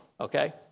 okay